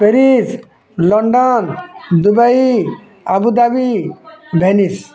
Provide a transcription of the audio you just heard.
Paris London Dubai Abu Dhabi Venice